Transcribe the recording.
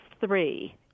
three